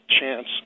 chance